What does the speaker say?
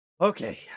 Okay